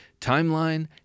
timeline